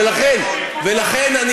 ולכן,